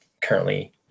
currently